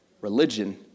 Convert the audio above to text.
Religion